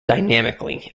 dynamically